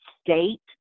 state